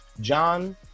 John